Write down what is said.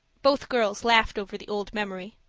both girls laughed over the old memory.